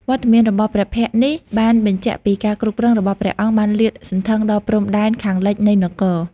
វត្តមានរបស់ព្រះភ័ក្ត្រនេះបញ្ជាក់ថាការគ្រប់គ្រងរបស់ព្រះអង្គបានលាតសន្ធឹងដល់ព្រំដែនខាងលិចនៃនគរ។